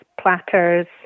platters